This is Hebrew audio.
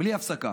בלי הפסקה: